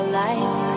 life